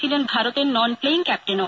ছিলেন ভারতের non playing ক্যাপ্টেনও